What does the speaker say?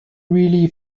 really